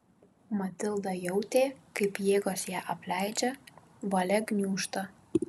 matilda jautė kaip jėgos ją apleidžia valia gniūžta